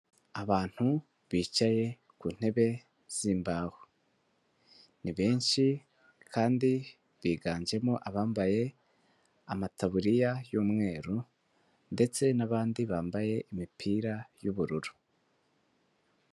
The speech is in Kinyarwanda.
Abantu bicaye ku ntebe z'imbaho ni benshi kandi biganjemo abambaye amataburiya y'umweru ndetse n'abandi bambaye imipira y'ubururu.